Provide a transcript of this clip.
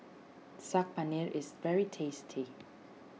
Saag Paneer is very tasty